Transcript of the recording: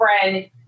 friend